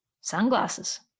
Sunglasses